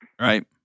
Right